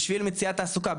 בשביל מציאת תעסוקה,